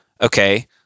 okay